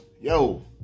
yo